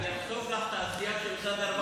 אני אחשוף לך את העשייה של משרד הרווחה,